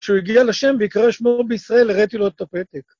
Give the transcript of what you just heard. כשהוא הגיע לשם ויקרא שמו בישראל, הראתי לו את הפתק.